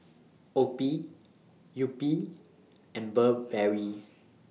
OPI Yupi and Burberry